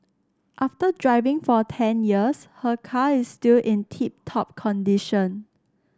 after driving for ten years her car is still in tip top condition